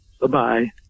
Bye-bye